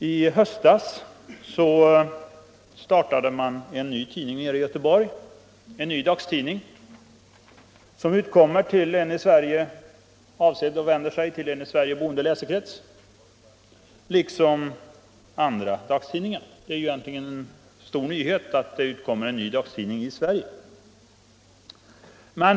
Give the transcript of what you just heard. I höstas startades i Göteborg en ny dagstidning, som vänder sig till en i Sverige boende läsekrets liksom andra dagstidningar. Egentligen är det en stor nyhet att det utkommer en ny dagstidning i Sverige.